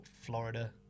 Florida